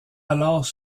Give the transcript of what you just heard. alors